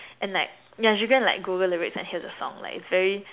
and like ya you should go like Google the lyrics and hear the song like it's very